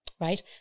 right